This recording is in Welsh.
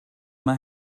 yma